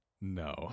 No